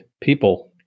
people